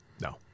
No